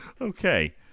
Okay